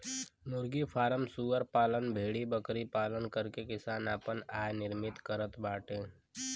मुर्गी फ्राम सूअर पालन भेड़बकरी पालन करके किसान आपन आय निर्मित करत बाडे